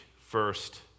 first